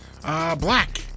Black